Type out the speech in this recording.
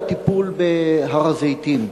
השאלה שלי היא על הטיפול בהר-הזיתים.